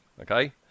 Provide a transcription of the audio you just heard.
okay